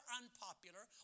unpopular